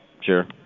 sure